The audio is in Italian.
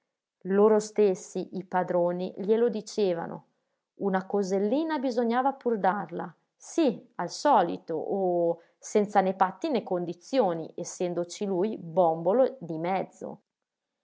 loro stessi i padroni glielo dicevano una cosellina bisognava pur darla sì al solito oh senza né patti né condizioni essendoci lui bòmbolo di mezzo